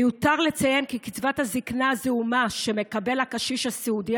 מיותר לציין כי קצבת הזקנה הזעומה שמקבל הקשיש הסיעודי